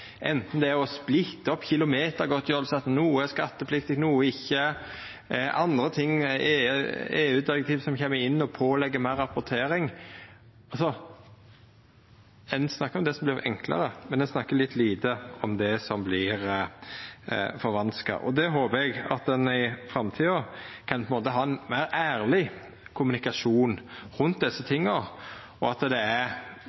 det er å splitta opp kilometergodtgjerdsla, at noko er skattepliktig, noko er det ikkje, eller anna – som EU-direktiv som kjem og pålegg meir rapportering. Ein snakkar om det som vert enklare, men ein snakkar lite om det som vert forvanska. Og eg håpar at ein i framtida kan ha ein meir ærleg kommunikasjon rundt slikt, og at det er